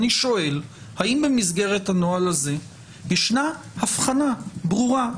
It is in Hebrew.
אני שואל האם במסגרת הנוהל הזה ישנה הבחנה ברורה,